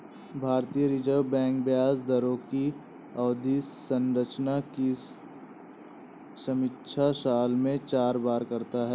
भारतीय reserve bank ब्याज दरों की अवधि संरचना की समीक्षा साल में चार बार करता है